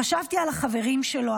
"חשבתי על החברים שלו,